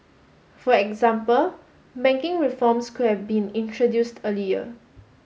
for example banking reforms could have been introduced earlier